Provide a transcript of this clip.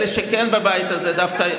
דווקא,